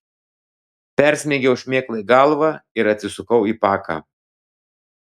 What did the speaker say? persmeigiau šmėklai galvą ir atsisukau į paką